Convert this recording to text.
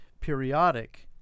periodic